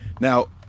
Now